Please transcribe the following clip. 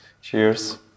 cheers